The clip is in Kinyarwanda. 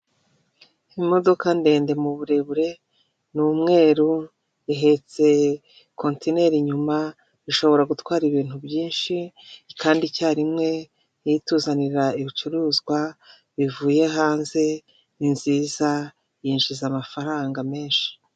Imodoka ndende mu burebure, ni umweru ihetse kontineri inyuma, ishobora gutwara ibintu byinshi kandi icyarimwe, niyo ituzanira ibicuruzwa bivuye hanze, ni nziza yinjiza amafaranga menshi.